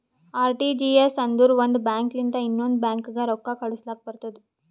RTGS ಅಂದುರ್ ಒಂದ್ bank ಲಿಂತ ಇನ್ನೊಂದ್ ಬ್ಯಾಂಕ್ಗ ರೊಕ್ಕಾ ಕಳುಸ್ಲಾಕ್ ಬರ್ತುದ್